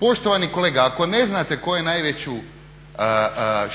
Poštovani kolega, ako ne znate tko je najveću